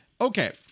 Okay